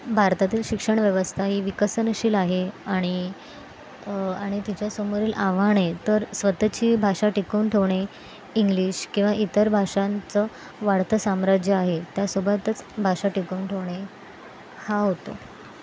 भारतातील शिक्षणव्यवस्था ही विकसनशील आहे आणि आणि तिच्या समोरील आव्हाने तर स्वतःची भाषा टिकवून ठेवणे इंग्लिश किंवा इतर भाषांचं वाढतं साम्राज्य आहे त्यासोबतच भाषा टिकवून ठेवणे हा होतो